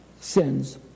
sins